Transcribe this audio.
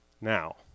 now